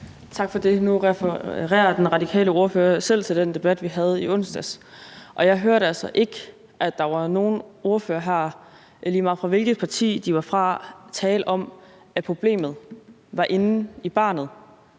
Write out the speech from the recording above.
Tak for det. Nu refererede den radikale ordfører selv til den debat, vi havde i onsdags, og jeg hørte altså ikke nogen ordførere her – lige meget hvilket parti de var fra – tale om, at problemet var inde i barnet.